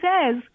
says